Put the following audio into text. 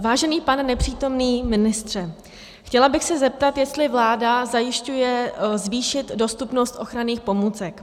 Vážený pane nepřítomný ministře, chtěla bych se zeptat, jestli vláda zajišťuje zvýšit dostupnost ochranných pomůcek.